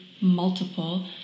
multiple